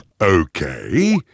Okay